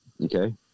Okay